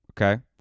Okay